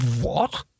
What